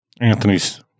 Anthony's